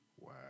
Wow